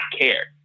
care